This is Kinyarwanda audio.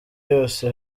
yose